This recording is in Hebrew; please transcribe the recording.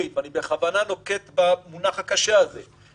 אני תפקידי - זה תפקידי.